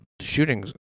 shootings